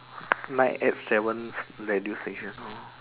nine eight seven radio station loh